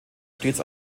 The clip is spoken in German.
stets